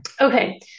Okay